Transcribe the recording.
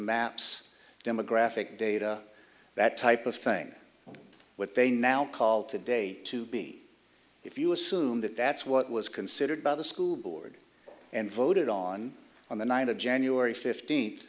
maps demographic data that type of thing what they now call today to be if you assume that that's what was considered by the school board and voted on on the night of january fifteenth